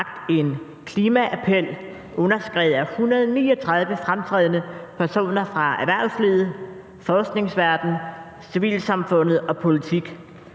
en klimaappel underskrevet af 139 fremtrædende personer fra erhvervslivet, forskningsverdenen, civilsamfundet og politik,